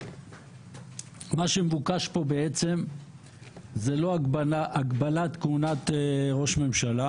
מה שמבוקש פה בעצם זה לא הגבלת כהונת ראש ממשלה.